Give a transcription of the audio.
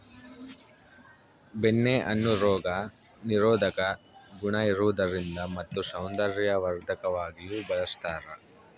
ಬೆಣ್ಣೆ ಹಣ್ಣು ರೋಗ ನಿರೋಧಕ ಗುಣ ಇರುವುದರಿಂದ ಮತ್ತು ಸೌಂದರ್ಯವರ್ಧಕವಾಗಿಯೂ ಬಳಸ್ತಾರ